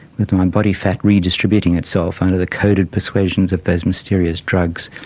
with my body fat redistributing itself under the coded persuasions of those mysterious drugs,